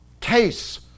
case